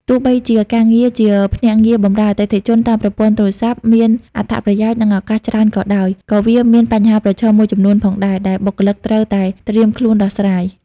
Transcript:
ទោះបីជាការងារជាភ្នាក់ងារបម្រើអតិថិជនតាមប្រព័ន្ធទូរស័ព្ទ មានអត្ថប្រយោជន៍ និងឱកាសច្រើនក៏ដោយ ក៏វាមានបញ្ហាប្រឈមមួយចំនួនផងដែរ ដែលបុគ្គលិកត្រូវតែត្រៀមខ្លួនដោះស្រាយ។